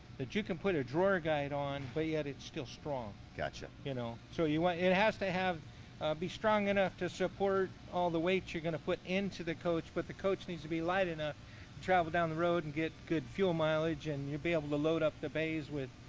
that you can put a drawer guide on but yet it's still strong, you you know? so you want. it has to have be strong enough to support all the weight you're gonna put into the coach but the coach needs to be light enough to travel down the road and get good fuel mileage and you'll be able to load up the bays with,